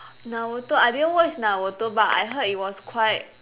Naruto I didn't watch Naruto but I heard it was quite